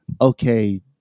okay